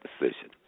decision